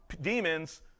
demons